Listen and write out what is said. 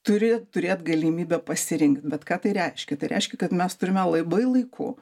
turi turėt galimybę pasirinkt bet ką tai reiškia tai reiškia kad mes turime labai laiku